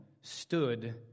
stood